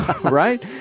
right